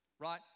right